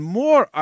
more